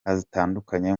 hatandukanye